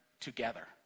together